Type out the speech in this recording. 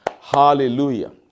hallelujah